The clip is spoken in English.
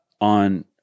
on